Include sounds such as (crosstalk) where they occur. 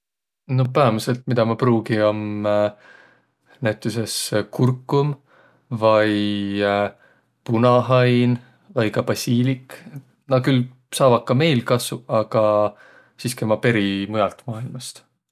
No päämidselt, midä ma pruugi, om (hesitation) näütüses kurkum vai punahain vai ka basiilik. Naaq küll saavaq ka meil kassuq, aga siski ommaq peri muialt maailmast.